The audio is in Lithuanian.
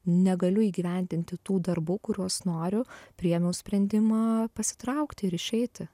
negaliu įgyvendinti tų darbų kuriuos noriu priėmiau sprendimą pasitraukti ir išeiti